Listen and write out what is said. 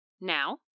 Now